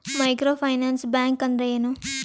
Micro finance bank ಅಂದ್ರ ಏನು?